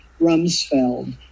Rumsfeld